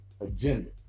agenda